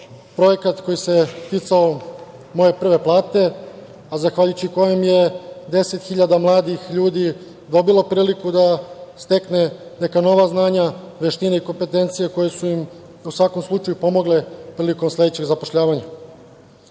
projekat koji se ticao „Moja prva plata“, a zahvaljujući kojim je 10.000 mladih ljudi dobilo priliku da stekne neka nova znanja, veštine i kompetencije koje su im u svakom slučaju pomogle prilikom sledećeg zapošljavanja. Od